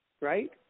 right